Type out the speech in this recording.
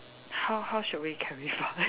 how how should we carry from